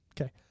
Okay